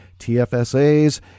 TFSAs